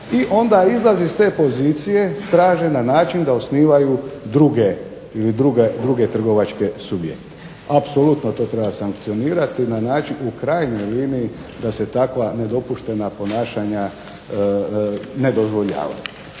I onda izlaz iz te pozicije traže na način da osnivaju druge trgovačke subjekte. Apsolutno to treba sankcionirati na način u krajnjoj liniji da se takva nedopuštena ponašanja ne dozvoljavaju.